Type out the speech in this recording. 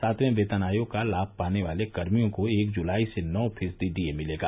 सातवें वेतन आयोग का लाभ पाने वाले कर्मियों को एक जुलाई से नौ फीसदी डीए मिलेगा